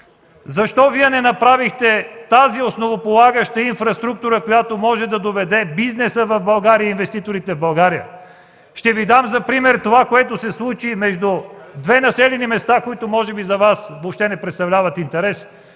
Защо Вие не направихте тази основополагаща инфраструктура, която може да доведе бизнеса и инвеститорите в България? Ще Ви дам за пример онова, което се случи между две населени места. Може би за Вас въобще не представляват интерес,